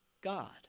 God